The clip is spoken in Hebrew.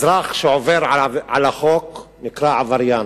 אזרח שעובר על החוק נקרא עבריין.